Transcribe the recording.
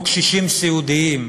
או קשישים סיעודיים,